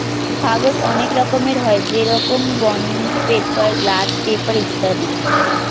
কাগজ অনেক রকমের হয়, যেরকম বন্ড পেপার, গ্লাস পেপার ইত্যাদি